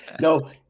No